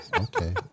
Okay